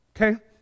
okay